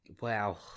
Wow